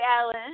Alan